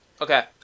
Okay